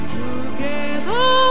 together